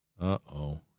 Uh-oh